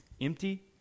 empty